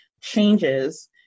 changes